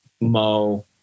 Mo